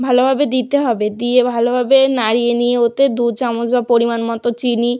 ভালোভাবে দিতে হবে দিয়ে ভালোভাবে নাড়িয়ে নিয়ে ওতে দু চামচ বা পরিমাণ মতো চিনি